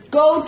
go